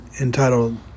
entitled